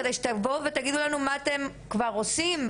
כדי שתבואו ושתגידו לנו מה אתם כבר עושים,